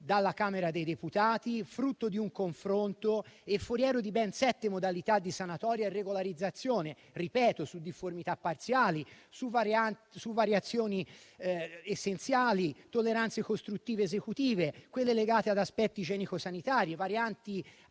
dalla Camera dei deputati, frutto di un confronto e foriero di ben sette modalità di sanatoria e regolarizzazione, su difformità parziali, variazioni essenziali, tolleranze costruttive ed esecutive, legate ad aspetti igienico-sanitari, varianti